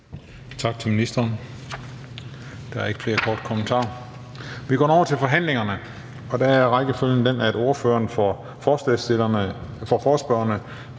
Tak til ministeren. Der er ikke flere kommentarer. Vi går nu over til forhandlingerne, og der er rækkefølgen den, at ordføreren for forespørgerne